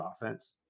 offense